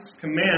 command